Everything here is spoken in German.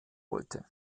wollte